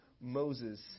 Moses